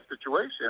situation